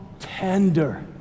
tender